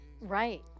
Right